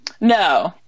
no